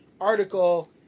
article